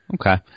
Okay